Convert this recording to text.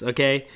Okay